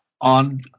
on